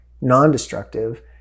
Non-destructive